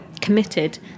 committed